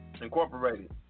Incorporated